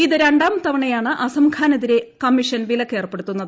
ഇത് രണ്ടാം തവണയാണ് അസംഖാനെതിരെ കമ്മീഷൻ വിലക്ക് ഏർപ്പെടുത്തുന്നത്